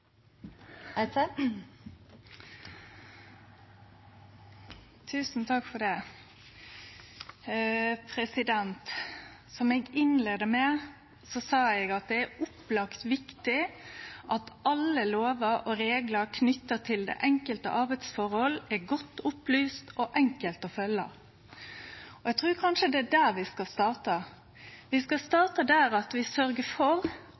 opplagt viktig at alle lovar og reglar knytte til det enkelte arbeidsforholdet, er godt opplyste og enkle å følgje. Eg trur kanskje det er der vi skal starte. Vi skal starte med at vi sørgjer for